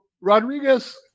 Rodriguez